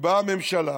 ובאה הממשלה